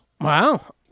Wow